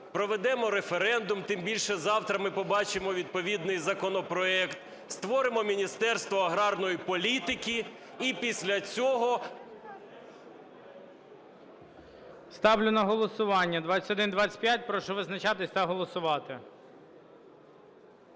Проведемо референдум, тим більше завтра ми побачимо відповідний законопроект, створимо Міністерство аграрної політики, і після цього… ГОЛОВУЮЧИЙ. Ставлю на голосування 2125. Прошу визначатись та голосувати.